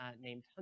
named